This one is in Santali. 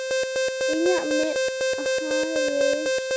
ᱤᱧᱟᱹᱜ ᱢᱮᱫᱦᱟ ᱨᱮ